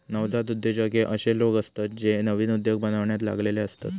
नवजात उद्योजक हे अशे लोक असतत जे नवीन उद्योग बनवण्यात लागलेले असतत